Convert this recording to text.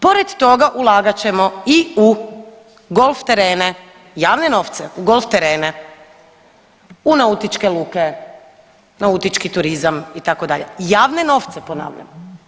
Pored toga ulagat ćemo i u golf terene, javne novce u golf terene, u nautičke luke, nautički turizam itd., javne novce ponavljam.